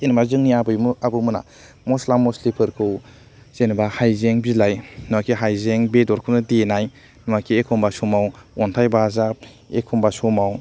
जेनेबा जोंनि आबै आबौमोना मस्ला मस्लिफोरखौ जेनेबा हायजें बिलाइ हाइजें बेदरखौनो देनाय एखनबा समाव अन्थाइ बाजाब एखनबा समाव